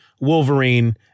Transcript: Wolverine